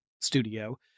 studio